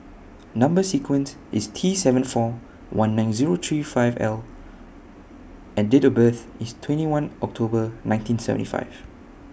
Number sequence IS T seven four one nine Zero three five L and Date of birth IS twenty one October nineteen seventy five